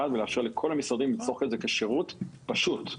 ולאפשר לכל המשרדים לצרוך את זה כשירות פשוט,